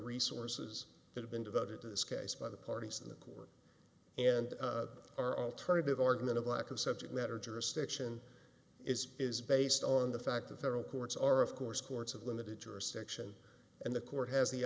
resources that have been devoted to this case by the parties to the court and our alternative argument of lack of subject matter jurisdiction is is based on the fact that they're all courts are of course courts of limited jurisdiction and the court has the